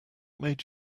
made